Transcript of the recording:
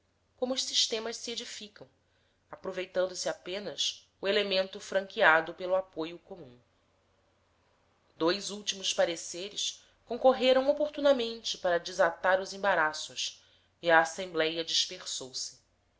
como os sistemas se edificam aproveitando-se apenas o elemento franqueado pelo apoio comum dois últimos pareceres concorreram oportunamente para desatar os embaraços e a assembléia dispersou-se